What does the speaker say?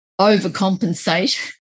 overcompensate